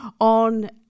on